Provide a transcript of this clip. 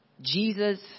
Jesus